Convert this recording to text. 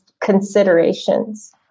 considerations